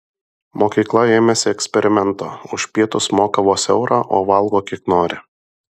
mokykla ėmėsi eksperimento už pietus moka vos eurą o valgo kiek nori